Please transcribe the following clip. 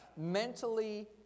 Mentally